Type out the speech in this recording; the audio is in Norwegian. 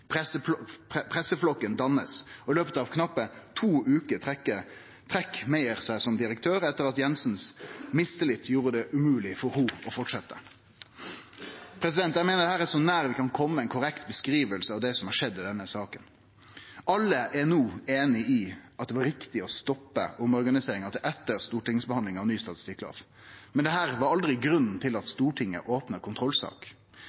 Presseflokken blir danna. Og i løpet av knappe to veker trekkjer Meyer seg som direktør, etter at mistilliten frå Jensen gjorde det umogleg for ho å fortsetje. Eg meiner dette er så nær vi kan kome ei korrekt beskriving at det som har skjedd i denne saka. Alle er no einige i at det var riktig å stoppe omorganiseringa til etter stortingsbehandlinga av ny statistikklov, men dette var aldri grunnen til at Stortinget opna kontrollsak.